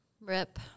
rip